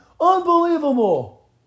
Unbelievable